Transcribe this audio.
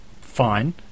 fine